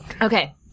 Okay